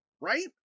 right